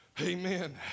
amen